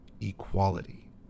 equality